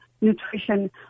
nutrition